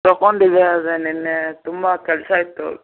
ತಗೊಂಡಿದ್ದೆ ಆದರೆ ನೆನ್ನೇ ತುಂಬ ಕೆಲಸ ಇತ್ತು